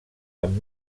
amb